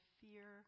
fear